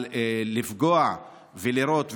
אבל לירות,